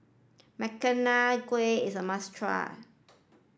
Makchang Gui is a must try